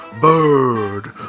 bird